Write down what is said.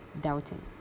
doubting